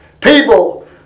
People